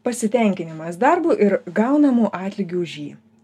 pasitenkinimas darbu ir gaunamu atlygiu už jį